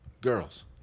girls